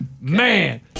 Man